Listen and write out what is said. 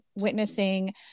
witnessing